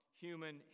human